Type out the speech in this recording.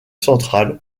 central